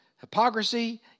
hypocrisy